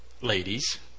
ladies